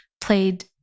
played